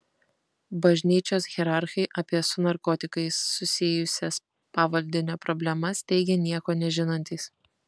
bažnyčios hierarchai apie su narkotikais susijusias pavaldinio problemas teigė nieko nežinantys